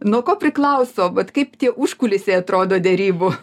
nuo ko priklauso vat kaip tie užkulisiai atrodo derybų